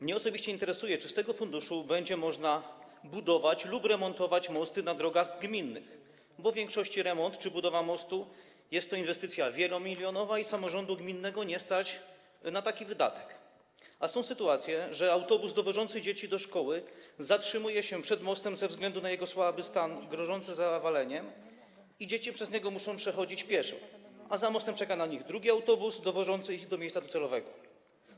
Mnie osobiście interesuje, czy z tego funduszu będzie można budować lub remontować mosty na drogach gminnych, bo w większości remont czy budowa mostu jest to wielomilionowa inwestycja i samorządu gminnego nie stać na taki wydatek, a są sytuacje, że autobus dowożący dzieci do szkoły zatrzymuje się przed mostem ze względu na jego słaby stan grożący zawaleniem, dzieci muszą przez niego przechodzić pieszo, a za mostem czeka na nich drugi autobus dowożący je do docelowego miejsca.